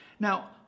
Now